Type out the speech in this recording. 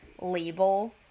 label